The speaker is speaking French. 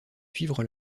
suivre